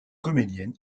comédienne